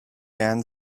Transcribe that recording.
man